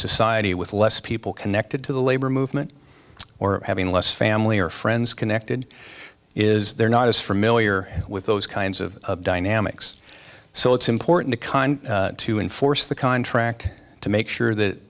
society with less people connected to the labor movement or having less family or friends connected is they're not as familiar with those kinds of dynamics so it's important to kind to enforce the contract to make sure that